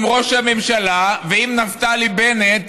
עם ראש הממשלה ועם נפתלי בנט,